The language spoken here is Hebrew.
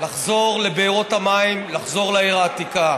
לחזור לבארות המים, לחזור לעיר העתיקה.